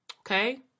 Okay